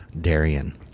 Darian